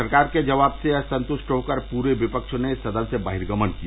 सरकार के जवाब से असंतुश्ट होकर पूरे विपक्ष ने सदन से बहिर्गमन किया